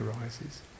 arises